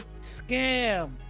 scam